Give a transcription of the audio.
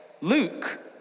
Luke